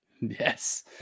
Yes